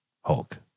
Hulk